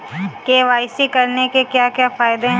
KYC करने के क्या क्या फायदे हैं?